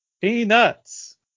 peanuts